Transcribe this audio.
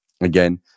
again